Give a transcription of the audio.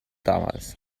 damals